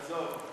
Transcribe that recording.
עזוב,